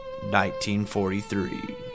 1943